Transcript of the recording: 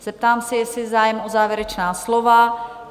Zeptám se, jestli je zájem o závěrečná slova?